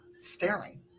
staring